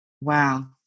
Wow